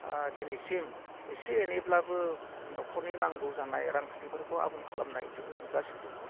दिनैसिम एसे एनैब्लाबो न'खरनि नांगौ जानाय रांखान्थिफोरखौ आबुं खालामनाय बेखौ नुगासिनो दङ